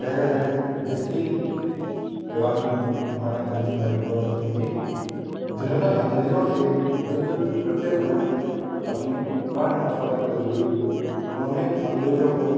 शेहर है जिसकी रानी महरानी लक्ष्मी बाई हुआ करती थीं जिन्होंने अंग्रेज़ों से युद्ध लड़ते समय अपने प्राण निझावर कर दिए उन्होंने अंग्रेज़ों को